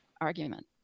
argument